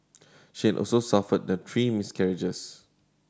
she had also suffered the three miscarriages